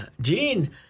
Gene